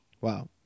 Wow